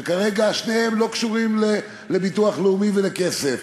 שכרגע שניהם לא קשורים לביטוח לאומי ולכסף.